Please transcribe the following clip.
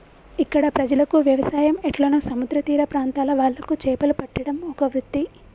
ఇక్కడ ప్రజలకు వ్యవసాయం ఎట్లనో సముద్ర తీర ప్రాంత్రాల వాళ్లకు చేపలు పట్టడం ఒక వృత్తి